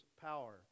power